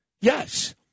yes